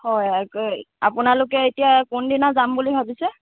হয় আপোনালোকে এতিয়া কোনদিনা যাম বুলি ভাবিছে